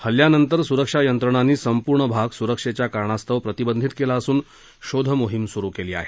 हल्ल्यानंतर सुरक्षा यंत्रांनानी संपूर्ण भाग सुरक्षेच्या कारणांस्तव प्रतिबंधीत केला असून शोधमोहिम सुरु केली आहे